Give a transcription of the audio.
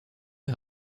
est